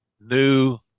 new